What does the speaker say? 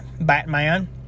Batman